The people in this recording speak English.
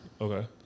Okay